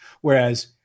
Whereas